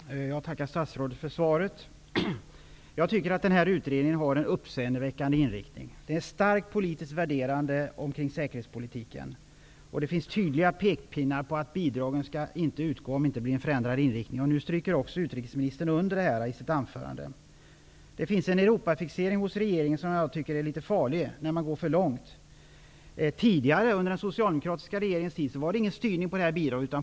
Fru talman! Jag tackar statsrådet för svaret. Jag tycker att utredningen har en uppseendeväckande inriktning. Den yttrar sig starkt politiskt värderande om säkerhetspolitiken. Det finns tydliga pekpinnar om att bidragen inte skall utgå om det inte blir en förändrad inriktning av verksamheten. Nu stryker utrikesministern under detta i sitt anförande. Jag tycker att Europafixeringen hos regeringen är litet farlig. Tidigare under den socialdemokratiska regeringen var det ingen styrning av bidrag.